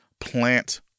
plant